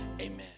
Amen